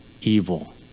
evil